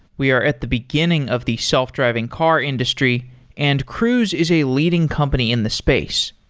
we are at the beginning of the self-driving car industry and cruise is a leading company in the space.